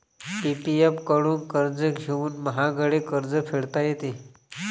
PPF कडून कर्ज घेऊनही महागडे कर्ज फेडता येते